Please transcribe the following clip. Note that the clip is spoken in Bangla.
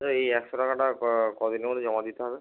স্যার এই একশো টাকাটা কদিনের মধ্যে জমা দিতে হবে